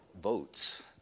votes